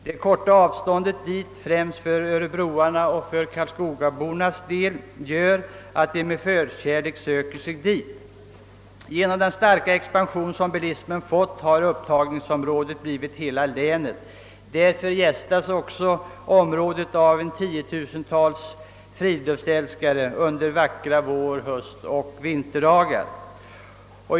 Det korta avståndet dit för främst örebroarna och karlskogaborna medför att dessa med förkärlek söker sig till området. Genom den starka expansion som bilismen undergått har upptagningsområdet utsträckts till att omfatta hela länet, och därför gästas också området under vackra vår-, höstoch vinterdagar av tiotusentals friluftsälskare.